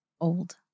Old